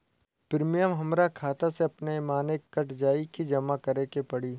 Premium हमरा खाता से अपने माने कट जाई की जमा करे के पड़ी?